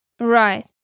Right